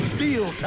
Steel